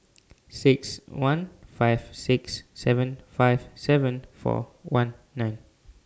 six one five six seven five seven four one nine